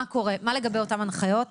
מה לגבי אותן הנחיות?